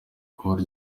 kuba